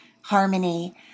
harmony